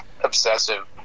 obsessive